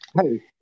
Hey